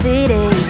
City